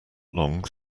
long